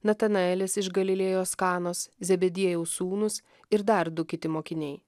natanaelis iš galilėjos kanos zebediejaus sūnūs ir dar du kiti mokiniai